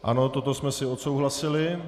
Ano, toto jsme si odsouhlasili.